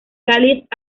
cáliz